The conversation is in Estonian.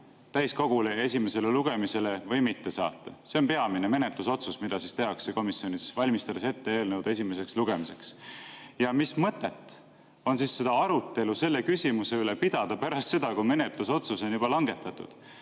täiskogule esimesele lugemisele või mitte saata. See on peamine menetlusotsus, mida tehakse komisjonis, valmistades eelnõu ette esimeseks lugemiseks. Mis mõtet on arutelu selle küsimuse üle pidada pärast seda, kui menetlusotsus on juba langetatud?